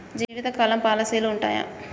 జీవితకాలం పాలసీలు ఉంటయా?